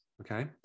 Okay